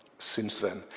since then.